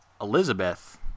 Elizabeth